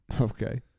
okay